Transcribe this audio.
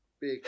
Big